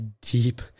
deep